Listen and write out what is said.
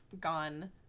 gone